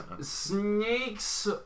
snakes